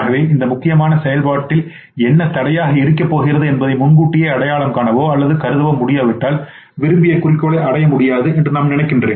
ஆகவே இந்த முக்கியமான செயல்பாட்டில் என்ன தடையாக இருக்கப் போகிறது என்பதை முன்கூட்டியே அடையாளம் காணவோ அல்லது கருதவோ முடியாவிட்டால் விரும்பிய குறிக்கோள்களை அடைய முடியாது என்று நான் நினைக்கிறேன்